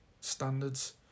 standards